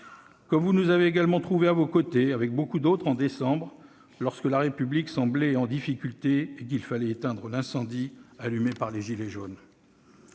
comme vous nous avez trouvés à vos côtés, avec beaucoup d'autres, en décembre dernier, lorsque la République semblait en difficulté et qu'il fallait éteindre l'incendie allumé par les « gilets jaunes